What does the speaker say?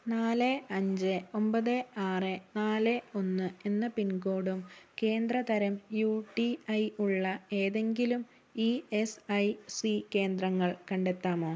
നാല് അഞ്ച് ഒമ്പത് ആറ് നാല് ഒന്ന് എന്ന പിൻകോഡും കേന്ദ്ര തരം യു ടി ഐ ഉള്ള ഏതെങ്കിലും ഇ എസ് ഐ സി കേന്ദ്രങ്ങൾ കണ്ടെത്താമോ